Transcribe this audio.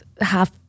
half